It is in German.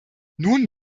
nun